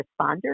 responder